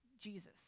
Jesus